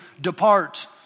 depart